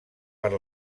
per